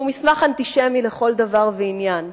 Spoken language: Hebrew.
שהוא מסמך אנטישמי לכל דבר ועניין,